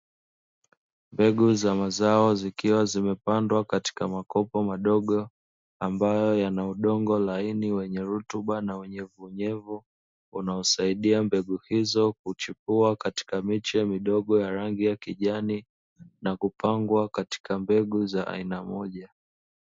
Mbegu za mazao zikiwa zimepandwa katika makopo madogo ambayo yana udongo laini wenye rutuba na unyevunyevu, unaosaidia mbegu hizo kuchipua katika miche midogo ya rangi ya kijani na kupangwa katika mbegu za aina moja.